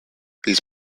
these